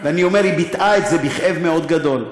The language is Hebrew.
היא ביטאה את זה בכאב מאוד גדול.